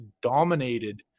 dominated